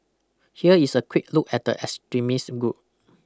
here is a quick look at the extremist group